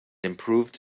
improved